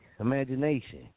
imagination